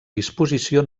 disposició